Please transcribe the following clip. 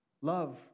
love